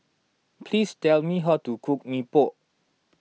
please tell me how to cook Mee Pok